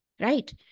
Right